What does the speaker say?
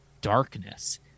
darkness